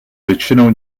většinou